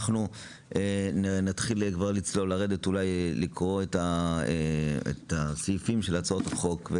אנחנו תחיל לצלול ולקרוא את הסעיפים של הצעות החוק.